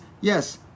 yes